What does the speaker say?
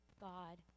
God